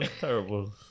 terrible